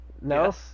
no